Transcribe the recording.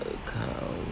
account